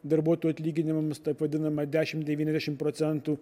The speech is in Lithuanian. darbuotojų atlyginimams taip vadinamą dešimt devyniasdešimt procentų